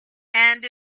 and